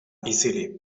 easily